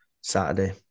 Saturday